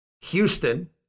Houston